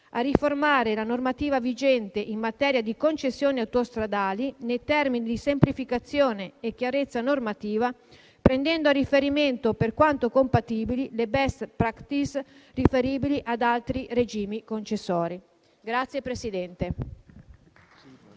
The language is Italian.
a riformare la normativa vigente in materia di concessioni autostradali, nei termini di semplificazione e chiarezza normativa, prendendo a riferimento, per quanto compatibili, le *best practice* riferibili ad altri regimi concessori». Ho concluso, Presidente.